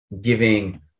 giving